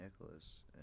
nicholas